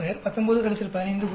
62 19 15